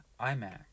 iMac